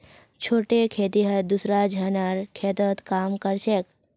छोटे खेतिहर दूसरा झनार खेतत काम कर छेक